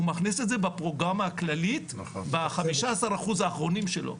הוא מכיס את זה בפרוגרמה הכללית ב-15 אחוז האחרונים שלו.